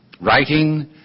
Writing